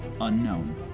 Unknown